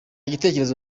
gitekerezo